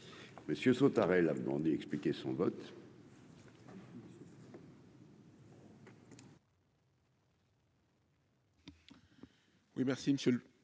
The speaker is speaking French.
Monsieur sont tard a demandé d'expliquer son vote. Oui, merci Monsieur le